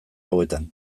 hauetan